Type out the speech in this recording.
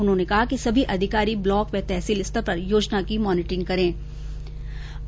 उन्होंने कहा कि सभी अधिकारी ब्लॉक व तहसील स्तर पर योजना की मोनिटरिंग करेंगे